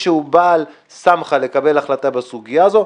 שהוא בעל סמכא לקבל החלטה בסוגיה הזאת,